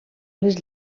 les